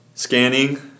Scanning